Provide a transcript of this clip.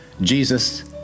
Jesus